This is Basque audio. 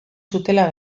zutela